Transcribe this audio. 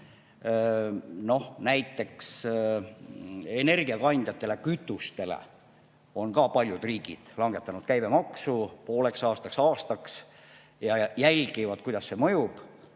Noh, näiteks energiakandjatele, ka kütustele on paljud riigid langetanud käibemaksu pooleks aastaks, aastaks, ja jälgivad, kuidas see mõjub.